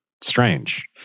strange